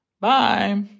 Bye